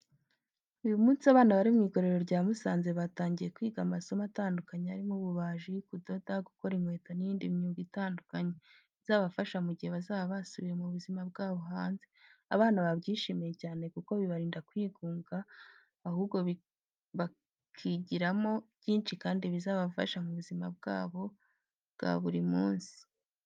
Uyu munsi abana bari mu igororero rya Musanze batangiye kwiga amasomo atandukanye arimo ububaji, kudoda, gukora inkweto n’indi myuga itandukanye, izabafasha mu gihe bazaba basubiye mu buzima bwo hanze. Abana babyishimiye cyane kuko bibarinda kwigunga, ahubwo bakigiramo byinshi kandi bizabafasha mu buzima bwabo bwa buri munsi.